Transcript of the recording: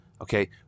okay